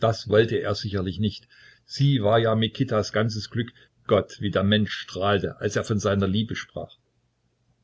das wollte er sicherlich nicht sie war ja mikitas ganzes glück gott wie der mensch strahlte als er von seiner liebe sprach